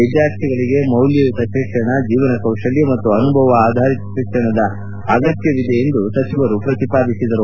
ವಿದ್ಯಾರ್ಥಿಗಳಿಗೆ ಮೌಲ್ನಯುತ ಶಿಕ್ಷಣ ಜೀವನ ಕೌಶಲ್ಯ ಮತ್ತು ಅನುಭವ ಆಧಾರಿತ ಶಿಕ್ಷಣದ ಅಗತ್ಯವಿದೆ ಎಂದು ಅವರು ಹೇಳಿದರು